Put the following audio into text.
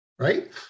Right